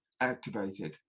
activated